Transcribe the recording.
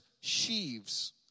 sheaves